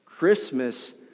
Christmas